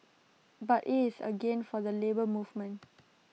but IT is A gain for the Labour Movement